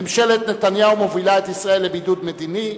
ממשלת נתניהו מובילה את ישראל לבידוד מדיני,